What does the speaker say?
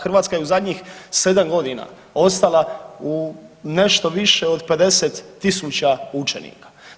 Hrvatska je u zadnjih sedam godina ostala u nešto više od 50.000 učenika.